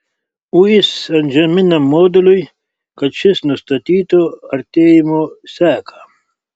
uis antžeminiam moduliui kad šis nustatytų artėjimo seką